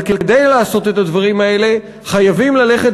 אבל כדי לעשות את הדברים האלה חייבים ללכת